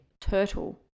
turtle